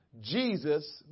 Jesus